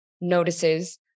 notices